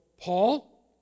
Paul